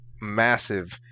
massive